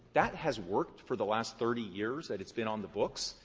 that has worked for the last thirty years that it's been on the books.